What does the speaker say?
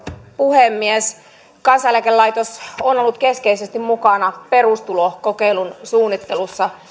puhemies kansaneläkelaitos on ollut keskeisesti mukana perustulokokeilun suunnittelussa